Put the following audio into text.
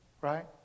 Right